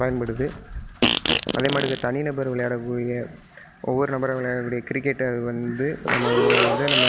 பயன்படுது அதேமாட்டுக்கு தனிநபர் விளையாடக்கூடிய ஒவ்வொரு நபராக விளையாடக்கூடிய கிரிக்கெட்டை வந்து நம்ம இவ்வளோ இதை நம்ம